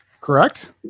Correct